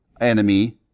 enemy